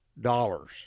dollars